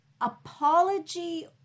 apology